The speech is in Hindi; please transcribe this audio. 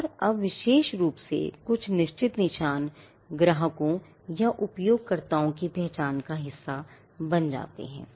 और अब विशेष रूप से कुछ निश्चित निशान ग्राहकों या उपयोगकर्ता की पहचान का हिस्सा बन जाते हैं